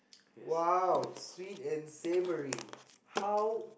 !wow! sweet and savory how